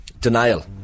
denial